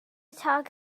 talk